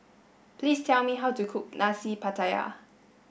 please tell me how to cook Nasi Pattaya